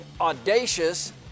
audacious